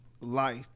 life